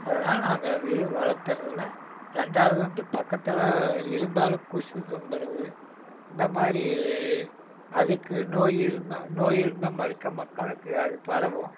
அதனால் நாங்கள் அந்த எதுவும் வளர்த்துறது இல்லை ரெண்டாவது வந்து பக்கத்தில் இருந்தாலும் கொசு தொந்தரவு இந்த மாதிரி அதுக்கு நோய் இருந்தால் நோய் இருந்தால் மறுக்கா மக்களுக்கு அது பரவும்